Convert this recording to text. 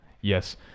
Yes